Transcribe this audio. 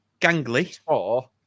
Gangly